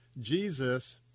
Jesus